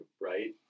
right